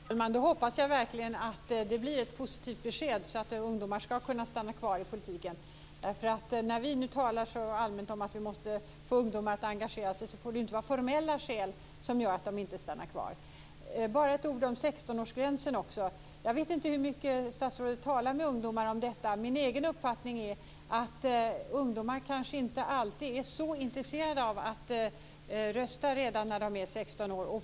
Herr talman! Då hoppas jag verkligen att det blir ett positivt besked så att ungdomar ska kunna stanna kvar i politiken. När vi nu talar så allmänt om att vi måste få ungdomar att engagera sig får det inte vara formella skäl som gör att de inte stannar kvar. Bara ett ord om 16-årsgränsen. Jag vet inte hur mycket statsrådet talar med ungdomar om detta. Min egen uppfattning är att ungdomar kanske inte alltid är så intresserade av att rösta redan när de är 16 år.